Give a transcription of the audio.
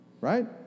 Right